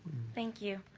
thank you.